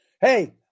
Hey